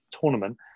tournament